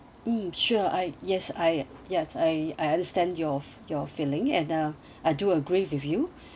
mm sure I yes I ya I I understand your your feeling at uh I do agree with you